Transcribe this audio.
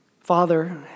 Father